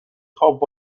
خواب